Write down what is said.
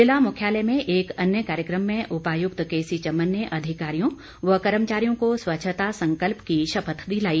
जिला मुख्यालय में एक अन्य कार्यक्रम में उपायुक्त केसी चमन ने अधिकारियों व कर्मचारियों को स्वच्छता संकल्प की शपथ दिलाई